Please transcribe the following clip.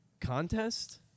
contest